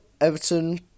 Everton